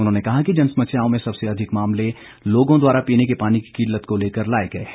उन्होंने कहा कि जनसमस्याओं में सबसे अधिक मामले लोगों द्वारा पीने के पानी की किल्लत को लेकर लाए गए हैं